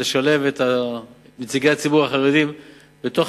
לשלב את נציגי הציבור החרדי בדירקטוריון,